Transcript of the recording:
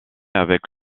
avec